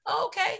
Okay